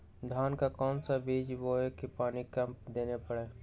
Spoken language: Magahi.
धान का कौन सा बीज बोय की पानी कम देना परे?